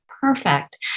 Perfect